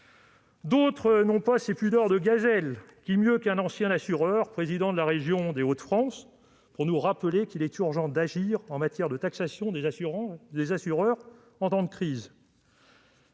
D'autres n'ont pas ces pudeurs de gazelle : qui mieux qu'un ancien assureur, président de la région des Hauts-de-France, pour nous rappeler qu'il est urgent d'agir en matière de taxation des assureurs en temps de crise